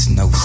no